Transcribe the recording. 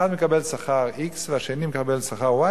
אחד מקבל שכר x והשני מקבל שכר y,